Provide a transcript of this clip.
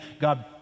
God